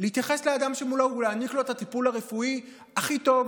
להתייחס לאדם שמולו ולהעניק לו את הטיפול הרפואי הכי טוב